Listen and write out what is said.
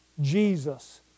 Jesus